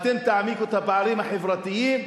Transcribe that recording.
אתם תעמיקו את הפערים החברתיים,